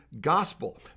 gospel